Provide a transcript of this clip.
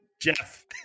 Jeff